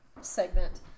segment